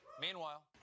Meanwhile